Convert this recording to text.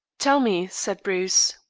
tell me, said bruce,